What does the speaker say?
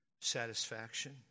satisfaction